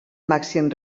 màxim